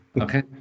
Okay